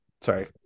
Sorry